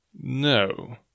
No